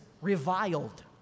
reviled